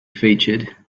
featured